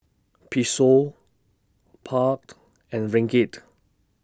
Peso and Ringgit